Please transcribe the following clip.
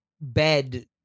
bed